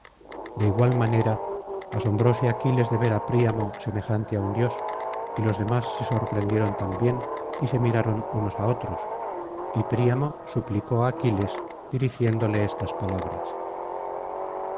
de igual manera asombrose aquiles de ver á príamo semejante á un dios y los demás se sorprendieron también y se miraron unos á otros y príamo suplicó á aquiles dirigiéndole estas palabras